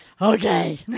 Okay